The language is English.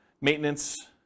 maintenance